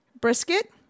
brisket